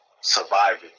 surviving